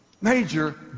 major